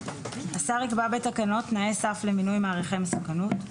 השר יקבע בתקנות תנאי סף למינוי מעריכי מסוכנות,